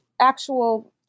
actual